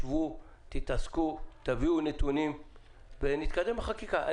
שבו, תתעסקו, תביאו נתונים ונתקדם בחקיקה.